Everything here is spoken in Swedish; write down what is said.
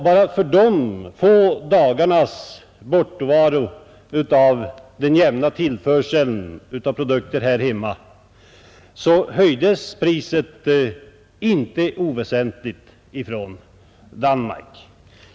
Bara under de få dagarnas bortfall av den jämna tillförseln av produkter här hemma höjde danskarna priset inte oväsentligt.